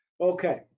Okay